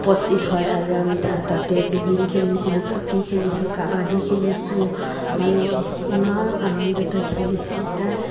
উপস্থিত হয় আৰু আমি তা তাতে বিগিন খেলিছিলোঁ ফুটি খেলিছোঁ কাবাডী খেলিছোঁ মানে ইমান আনন্দত খেলিছোঁ গোটাই